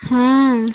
हाँ